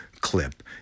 clip